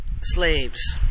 slaves